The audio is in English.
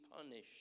punished